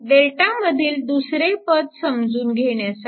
Δ मधील दुसरे पद समजून घेण्यासाठी